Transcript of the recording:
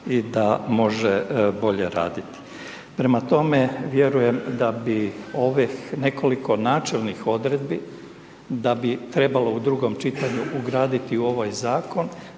i da može bolje raditi. Prema tome, vjerujem da bi ovih nekoliko načelnih odredbi, da bi trebalo u drugom čitanju ugraditi u ovaj zakon,